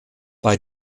bei